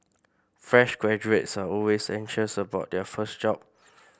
fresh graduates are always anxious about their first job